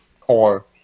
core